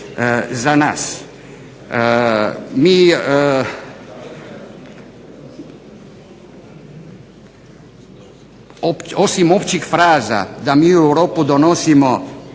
za nas. Mi osim općih fraza da mi u Europu donosimo